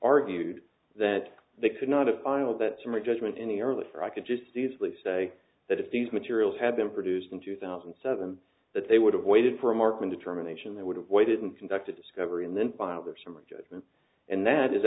argued that they could not have final that summary judgment any early for i could just easily say that if these materials had been produced in two thousand and seven that they would have waited for a marksman determination they would have waited and conducted discovery and then filed their summary judgment and that is